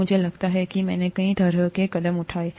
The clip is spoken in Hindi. मुझे लगता है कि मैंने कई तरह के कदम उठाए हैं